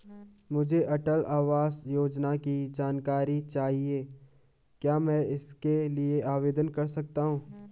मुझे अटल आवास योजना की जानकारी चाहिए क्या मैं इसके लिए आवेदन कर सकती हूँ?